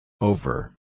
Over